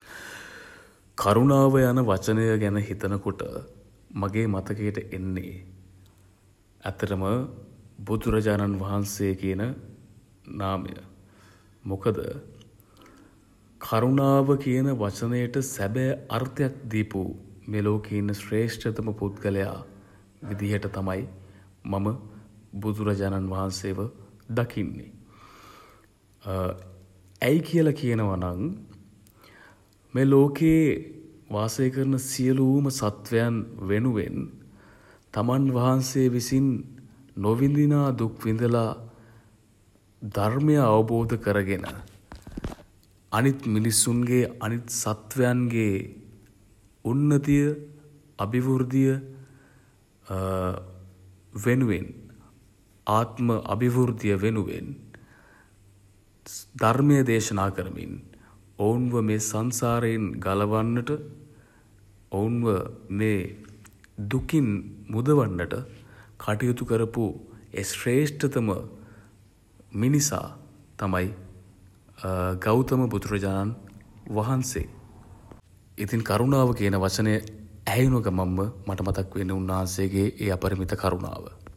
කරුණාව යන වචනය ගැන හිතනකොට මගේ මතකයට එන්නේ ඇත්තටම බුදු රජාණන් වහන්සේ කියන නාමය. මොකද කරුණාව කියන වචනයට සැබෑ අර්ථයක් දීපු මේ ලෝකේ ඉන්න ශ්‍රේෂ්ඨතම පුද්ගලයා විදිහට තමයි මම බුදු රජාණන් වහන්සේව දකින්නේ. ඇයි කියල කියනවා නම් මේ ලෝකේ වාසය කරන සියලුම සත්වයන් වෙනුවෙන් තමන් වහන්සේ විසින් නොවිඳිනා දුක් විදලා ධර්මය අවබෝධ කරගෙන අනිත් මිනිස්සුන්ගේ සත්වයන්ගේ උන්නතිය අභිවෘද්දිය වෙනුවෙන් ආත්ම අභිවෘද්දිය වෙනුවෙන් ධර්මය දේශනා කරමින් ඔවුන්ව මේ සංසාරයෙන් ගලවන්නට ඔවුන්ව මේ දුකින් මුදවන්නට කටයුතු කරපු ඒ ශ්‍රේෂ්ඨතම මිනිසා තමයි ගෞතම බුදු රජාණන් වහන්සේ. ඉතින් කරුණාව කියන වචනය ඇහුන ගමන්ම මට මතක් වෙන්නේ උන් වහන්සේගේ ඒ අපරිමිත කරුණාව.